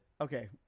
okay